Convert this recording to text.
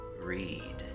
read